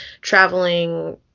traveling